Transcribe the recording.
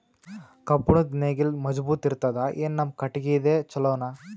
ಕಬ್ಬುಣದ್ ನೇಗಿಲ್ ಮಜಬೂತ ಇರತದಾ, ಏನ ನಮ್ಮ ಕಟಗಿದೇ ಚಲೋನಾ?